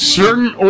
certain